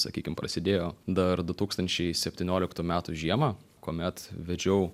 sakykim prasidėjo dar du tūkstančiai septynioliktų metų žiemą kuomet vedžiau